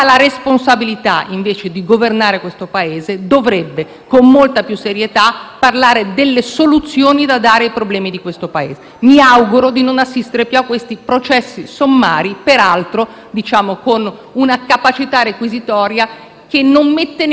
parlare delle soluzioni da dare ai problemi dell'Italia. Mi auguro di non assistere più a questi processi sommari, peraltro con una capacità requisitoria che non mette neanche insieme analisi corrette. Quando si vuole fare un comizio politico